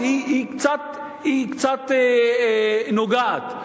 היא קצת נוגעת.